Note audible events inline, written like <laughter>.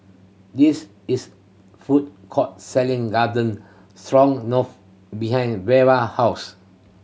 this is food court selling Garden <unintelligible> behind Veva house